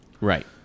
Right